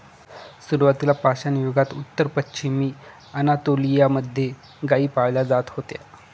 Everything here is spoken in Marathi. सुरुवातीला पाषाणयुगात उत्तर पश्चिमी अनातोलिया मध्ये गाई पाळल्या जात होत्या